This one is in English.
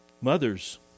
Mothers